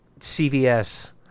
CVS